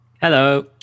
Hello